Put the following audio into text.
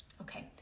okay